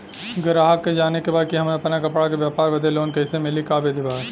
गराहक के जाने के बा कि हमे अपना कपड़ा के व्यापार बदे लोन कैसे मिली का विधि बा?